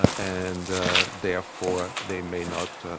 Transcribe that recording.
and therefore they may not